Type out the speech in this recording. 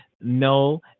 No